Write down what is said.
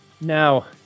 Now